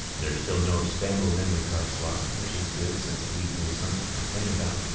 there's still no expandable memory card slot which is good since it leaves me with something to complain about.